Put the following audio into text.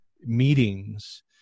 meetings